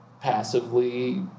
passively